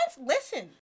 listen